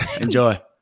Enjoy